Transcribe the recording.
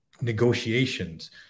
negotiations